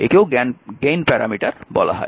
একেও gain parameter বলা হয়